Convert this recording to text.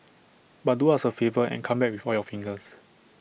but do us A favour and come back with all your fingers